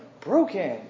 broken